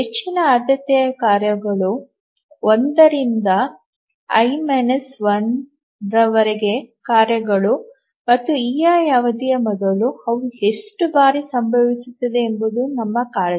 ಹೆಚ್ಚಿನ ಆದ್ಯತೆಯ ಕಾರ್ಯಗಳು 1 ರಿಂದ i 1 ರವರೆಗಿನ ಕಾರ್ಯಗಳು ಮತ್ತು ei ಅವಧಿಯ ಮೊದಲು ಅವು ಎಷ್ಟು ಬಾರಿ ಸಂಭವಿಸುತ್ತವೆ ಎಂಬುದು ನಮ್ಮ ಕಾಳಜಿ